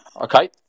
Okay